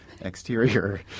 exterior